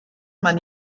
man